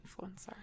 influencer